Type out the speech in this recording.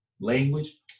language